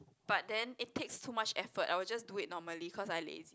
but then it takes too much effort I will just do it normally cause I lazy